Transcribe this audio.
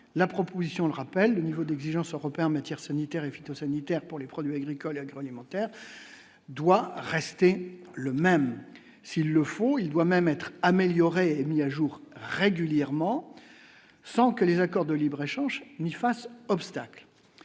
la proposition de rappel, le niveau d'exigence européen matière sanitaire et phytosanitaire pour les produits agricoles et agroalimentaires doit rester le même s'ils le font, il doit même être améliorés, mis à jour régulièrement, sans que les accords de libre-échange n'y fasse obstacle